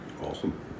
Awesome